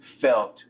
felt